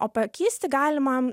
pakeisti galima